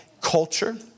culture